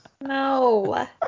no